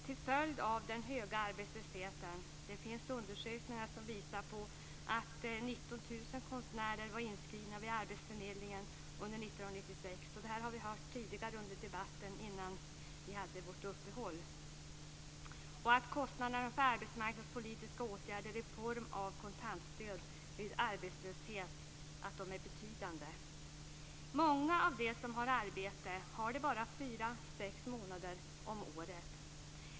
Till följd av den höga arbetslösheten - det finns undersökningar som visar att 19 000 konstnärer var inskrivna vid arbetsförmedlingen under 1996, vilket vi hörde i debatten här före middagsuppehållet - är kostnaderna för arbetsmarknadspolitiska åtgärder i form av kontantstöd vid arbetslöshet betydande. Många av dem som har arbete har arbete bara fyrasex månader om året.